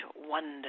wonder